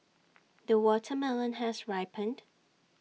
the watermelon has ripened